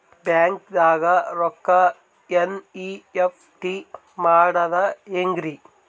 ಬ್ಯಾಂಕ್ದಾಗ ರೊಕ್ಕ ಎನ್.ಇ.ಎಫ್.ಟಿ ಮಾಡದ ಹೆಂಗ್ರಿ?